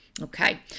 Okay